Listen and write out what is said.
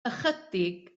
ychydig